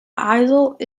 islet